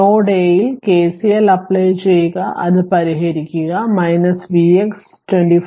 node a ൽ KCL apply ചെയുക അതു പരിഹരിക്കുക Vx 25